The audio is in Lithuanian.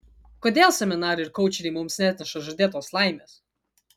kodėl seminarai ir koučeriai mums neatneša žadėtos laimės